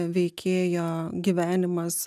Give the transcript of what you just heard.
veikėjo gyvenimas